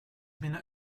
been